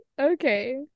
Okay